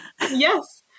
Yes